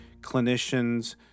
clinicians